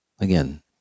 again